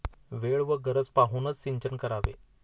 वेळ व गरज पाहूनच सिंचन करावे